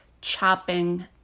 chopping